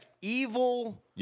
evil